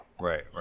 Right